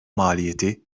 maliyeti